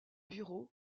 bureaux